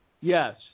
Yes